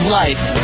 life